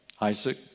Isaac